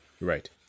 Right